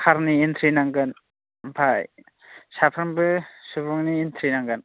कारनि एनट्रि नांगोन ओमफ्राय साफ्रोमबो सुबुंनि एनट्रि नांगोन